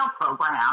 program